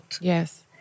Yes